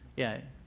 yeah.